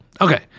Okay